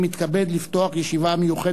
45 נסים זאב (ש"ס): 48 שלמה מולה (קדימה): 52 אחמד